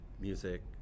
music